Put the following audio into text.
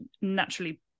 naturally